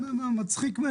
מצחיק.